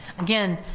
again,